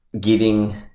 giving